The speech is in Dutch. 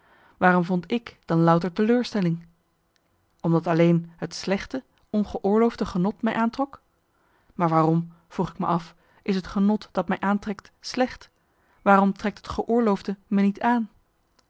waarom vond ik dan louter teleurstelling omdat alleen het slechte ongeoorloofde genot mij aantrok maar waarom vroeg ik me af is het genot dat mij aantrekt slecht waarom trekt het geoorloofde me niet aan